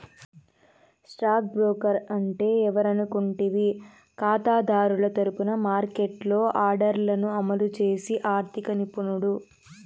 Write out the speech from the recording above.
stock broker అంటే ఎవరనుకుంటివి కాతాదారుల తరపున మార్కెట్లో ఆర్డర్లను అమలు చేసి ఆర్థిక నిపుణుడు